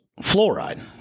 fluoride